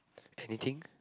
anything